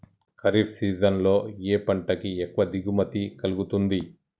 Kharif season లో ఏ పంట కి ఎక్కువ దిగుమతి కలుగుతుంది?